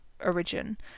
origin